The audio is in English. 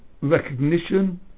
recognition